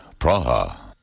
Praha. (